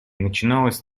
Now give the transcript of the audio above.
начиналось